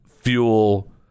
fuel